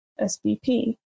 SBP